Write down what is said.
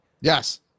Yes